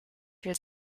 viel